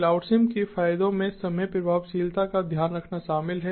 CloudSim के फायदों में समय प्रभावशीलता का ध्यान रखना शामिल है